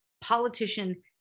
politician